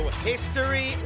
History